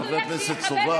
חברת הכנסת יזבק,